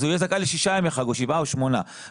אז הוא יהיה זכאי לשישה ימי חג או לשבעה או לשמונה ימי חג.